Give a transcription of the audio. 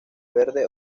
verde